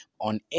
on